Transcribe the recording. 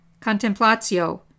contemplatio